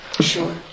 Sure